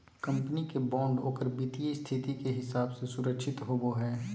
company के bond ओकर वित्तीय स्थिति के हिसाब से सुरक्षित होवो हइ